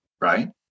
Right